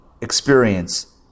experience